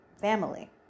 family